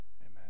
Amen